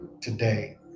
today